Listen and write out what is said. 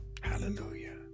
Hallelujah